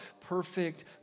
Perfect